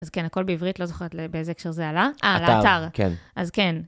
אז כן, הכול בעברית, לא זוכרת באיזה הקשר זה עלה. אה, לאתר. כן. אז כן.